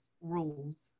rules